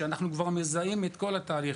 כשאנחנו כבר מזהים את כל התהליך,